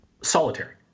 solitary